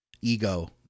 ego